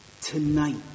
tonight